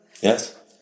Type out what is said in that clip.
Yes